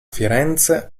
firenze